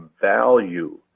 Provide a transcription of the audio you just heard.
value